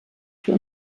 für